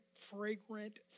fragrant